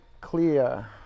clear